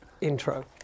intro